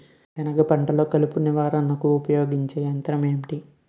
సెనగ పంటలో కలుపు నివారణకు ఉపయోగించే యంత్రం ఏంటి?